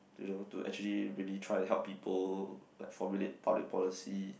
you know to actually maybe try to help people like formulate public policy